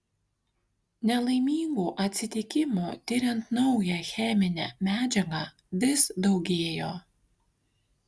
nelaimingų atsitikimų tiriant naują cheminę medžiagą vis daugėjo